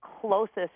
closest